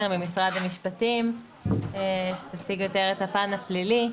ממשרד המשפטים שתציג יותר את הפן הפלילי.